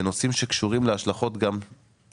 בנושאים שגם קשורים להשלכות רוחביות,